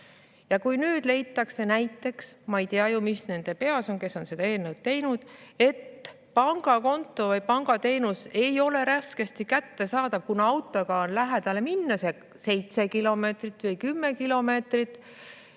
ja kui nüüd leitakse näiteks – ma ei tea ju, mis nende peas on, kes on seda eelnõu teinud –, et pangakonto või pangateenus ei ole raskesti kättesaadav [juhul, kui] autoga on lähedale minna – 7 kilomeetrit või 10 kilomeetrit